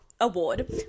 award